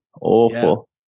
Awful